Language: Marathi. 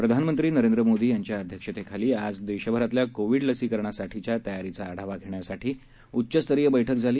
प्रधानमंत्री नरेंद्र मोदी यांच्या अध्यक्षतेखाली आज देशभरातल्या कोविड लसीकरणासाठीच्या तयारीचा आढावा घेण्यासाठी उच्चस्तरीय बैठक झाली